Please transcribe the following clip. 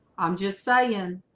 i'm just saying